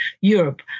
Europe